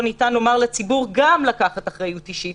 ניתן לומר לציבור גם לקחת אחריות אישית,